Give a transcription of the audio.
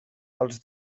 els